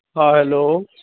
ہاں ہلو